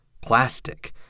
plastic